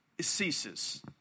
ceases